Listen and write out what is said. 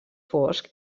fosc